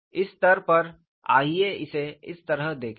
इस स्तर पर आइए इसे इस तरह देखें